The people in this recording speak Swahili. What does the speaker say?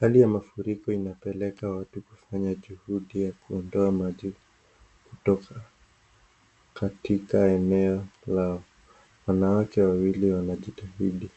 Hali ya mafuriko inapeleka watu kufanya juhudi ya kuondoa maji kutoka katika eneo lao . Wanawake wawili wanajitahidi